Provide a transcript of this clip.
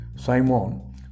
Simon